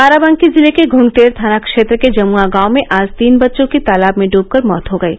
बाराबंकी जिले के घुंघटेर थाना क्षेत्र के जमुआ गांव में आज तीन बच्चों की तालाब में डूब कर मौत हो गयी